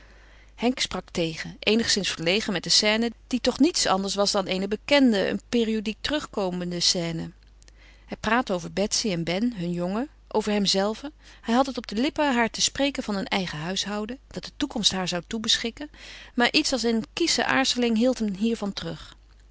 henk sprak tegen eenigszins verlegen met de scène die toch niets anders was dan eene bekende een periodiek terugkomende scène hij praatte over betsy en ben hun jongen over hemzelven hij had het op de lippen haar te spreken van een eigen huishouden dat de toekomst haar zou toebeschikken maar iets als eene kiesche aarzeling hield hem hiervan terug